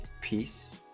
peace